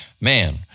man